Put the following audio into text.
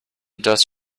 dust